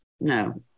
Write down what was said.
No